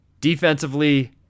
Defensively